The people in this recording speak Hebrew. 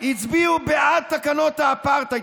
הצביעו בעד תקנות האפרטהייד.